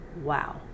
Wow